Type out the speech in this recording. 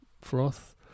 froth